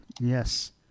Yes